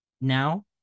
now